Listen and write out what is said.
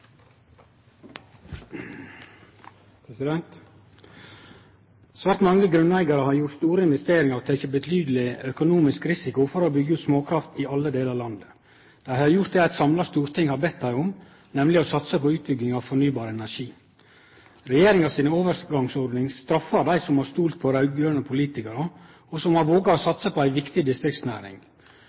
til. Svært mange grunneigarar har gjort store investeringar og teke betydeleg økonomisk risiko for å byggje ut småkraft i alle delar av landet. Dei har gjort det eit samla storting har bede dei om, nemleg å satse på utbygging av fornybar energi. Regjeringa si overgangsordning straffar dei som har stolt på raud-grøne politikarar, og som har våga å satse på ei viktig distriktsnæring.